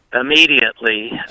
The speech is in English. immediately